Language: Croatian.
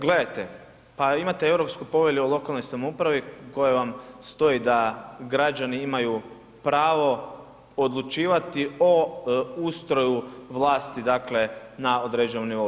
Gledajte, pa imate Europsku povelju o lokalnoj samoupravi u kojoj vam stoji da građani imaju pravo odlučivati o ustroju vlasti, dakle na određenom nivou.